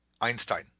Einstein